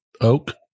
Oak